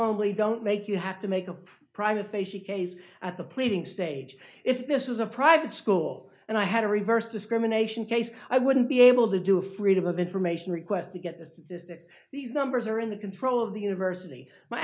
horribly don't make you have to make a private facie case at the pleading stage if this was a private school and i had a reverse discrimination case i wouldn't be able to do a freedom of information request to get the statistics these numbers are in the control of the university my